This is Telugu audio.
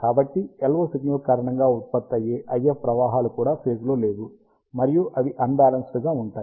కాబట్టి LO సిగ్నల్ కారణంగా ఉత్పత్తి అయ్యే IF ప్రవాహాలు కూడా ఫేజ్ లో లేవు మరియు అవి అన్ బ్యాలెన్సుడ్ గా ఉంటాయి